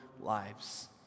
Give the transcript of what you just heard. lives